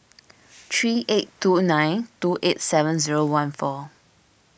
three eight two nine two eight seven zero one four